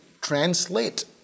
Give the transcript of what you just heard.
translate